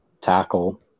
tackle